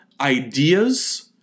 ideas